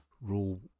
rule